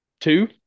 two